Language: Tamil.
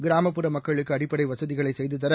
கிராமப்புற மக்களுக்கு அடிப்படை வசதிகளைசெய்துதர